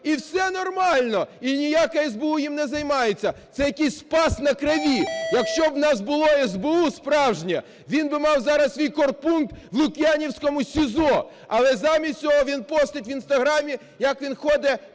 І все нормально, і ніяке СБУ ним не займається. Це якийсь "спас на крові". Якщо б у нас було СБУ справжнє, він би мав зараз свій корпункт у Лук'янівському СІЗО. Але замість цього він постить в інстаграмі, як він ходить